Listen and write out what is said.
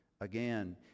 Again